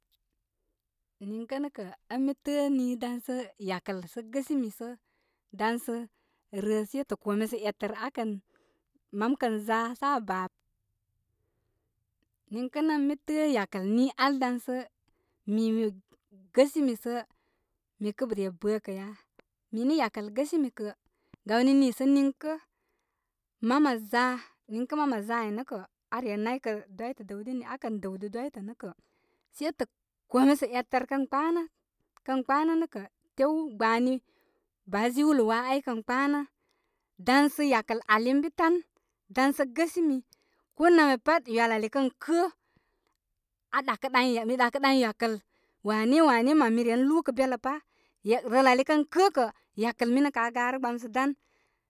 Niŋkə nə kə' ən mi tə'ə' nii dan sə yakəl sə gəəsimi sən dan sə rə shetə kome sa etər aa kə, mam kən za sə aa baa niŋkə nə ən mi tə'ə yakəl nii al dam sə mi mi gəəsəmi sə mi kə' re bəə kə ya. Mi nə' yakal gəəsimi kə gawni niisə nin kə mam aa za, niŋkə mam aa za ai nə' kə aa re naykə dwitə dəw dini in dəwdə dwidə nə' kə shetə kome sa eter kən kpanə kən kpanə kə tew gbani baa jiwlə waa ai kə kpanə. Dan sə yakə ali ən bi tan dan sə gəsəmi. Ko namya pat ywal ali kə kə'ə' aa ɗakə ɗan mi ɗakə ɗan yakəl wane mən mi ren luu kə belə pa. Rəl ali kən kəə yakəl minə' kə' aa garə gbamsə' dan.